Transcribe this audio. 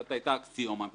שזאת הייתה אקסיומה מבחינתך.